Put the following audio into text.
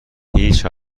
هیچ